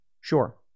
Sure